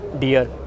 dear